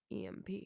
emp